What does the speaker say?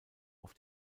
auf